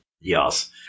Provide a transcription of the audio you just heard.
Yes